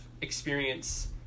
experience